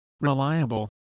Reliable